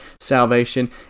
salvation